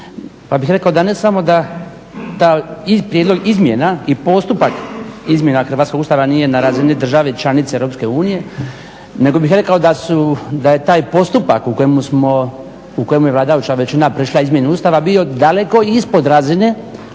Pa bih rekao ne samo da ta, prijedlog izmjena i postupak izmjena hrvatskog Ustava nije na razini države članice EU, nego bih rekao da je taj postupak u kojemu je vladajuća većina prešla izmjeni Ustava bio daleko ispod razine